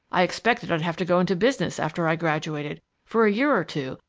i expected i'd have to go into business after i graduated, for a year or two,